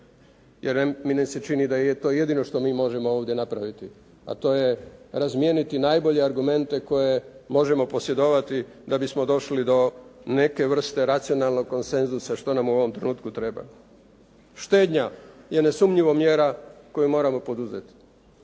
jer meni se čini da je to jedino što mi možemo ovdje napraviti, a to je razmijeniti najbolje argumente koje možemo posjedovati da bismo došli do neke vrste racionalnog konsenzusa što nam u ovom trenutku treba. Štednja je nesumnjivo mjera koju moramo poduzeti.